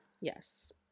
Yes